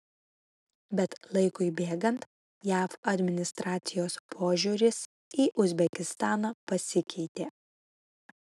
bet laikui bėgant jav administracijos požiūris į uzbekistaną pasikeitė